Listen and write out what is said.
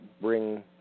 bring